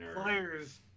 players